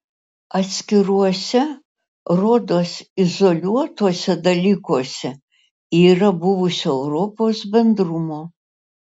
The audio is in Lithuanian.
atskiruose rodos izoliuotuose dalykuose yra buvusio europos bendrumo